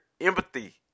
empathy